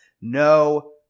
No